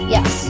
Yes